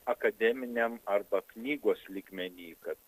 akademiniam arba knygos lygmeny kad